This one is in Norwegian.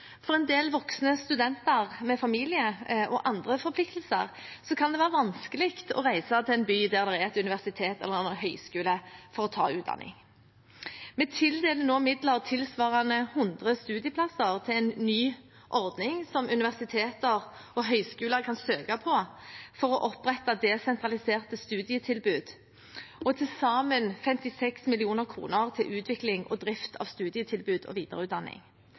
For en del voksne studenter med familie og andre forpliktelser kan det være vanskelig å reise til en by der det er et universitet eller høyskole for å ta høyere utdanning. Vi tildeler nå midler tilsvarende 100 studieplasser til en ny ordning som universiteter og høyskoler kan søke på, for å opprette desentraliserte studietilbud og til sammen 56 mill. kr til utvikling og drift av studietilbud og videreutdanning.